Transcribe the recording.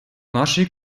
нашій